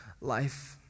life